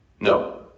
No